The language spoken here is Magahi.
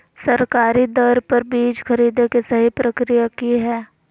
सरकारी दर पर बीज खरीदें के सही प्रक्रिया की हय?